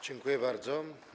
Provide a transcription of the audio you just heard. Dziękuję bardzo.